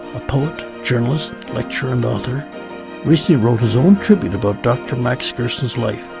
a poet, journalist, lecturer and author recently wrote his own tribute about dr. max gerson's life,